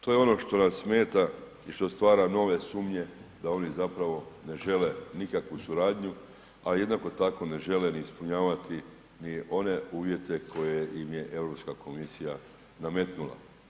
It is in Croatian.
To je ono što nam smeta i što stvara nove sumnje da oni zapravo ne žele nikakvu suradnju, a jednako tako ne žele ni ispunjavati ni one uvjete koje im je Europska komisija nametnula.